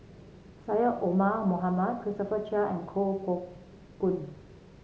Syed Omar Mohamed Christopher Chia and Kuo Pao Kun